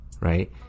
right